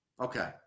Okay